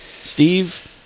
Steve